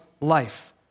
life